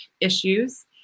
issues